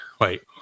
Wait